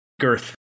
Girth